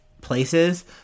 places